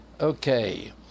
Okay